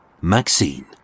Maxine